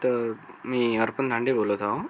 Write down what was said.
तर मी अर्पन धांडे बोलत आहे